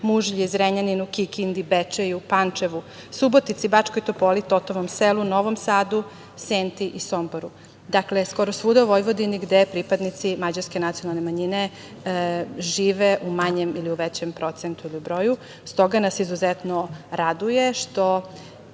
Mužlji, Zrenjaninu, Kikindi, Bečeju, Pančevu, Subotici, Bačkoj Topoli, Totovom Selu, Novom Sadu, Senti i Somboru. Dakle, skoro svuda u Vojvodini gde pripadnici mađarske nacionalne manjine žive u manjem ili u većem procentu ili u broju, s toga nas izuzetno raduje što